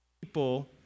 people